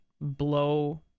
blow